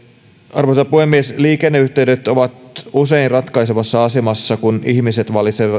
arvoisa puhemies liikenneyhteydet ovat usein ratkaisevassa asemassa kun ihmiset